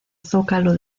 zócalo